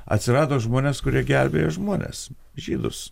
atsirado žmonės kurie gelbėjo žmones žydus